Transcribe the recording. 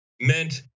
meant